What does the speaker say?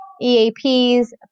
EAPs